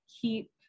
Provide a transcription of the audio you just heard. keep